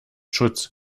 schutz